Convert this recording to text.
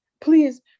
please